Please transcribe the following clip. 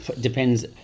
depends